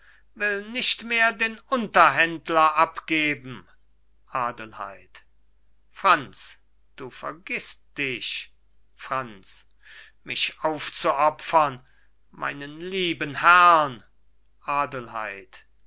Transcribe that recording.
will nicht mehr den unterhändler abgeben adelheid franz du vergißt dich franz mich aufzuopfern meinen lieben herrn adelheid